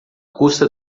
custa